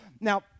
Now